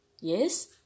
Yes